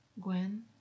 Gwen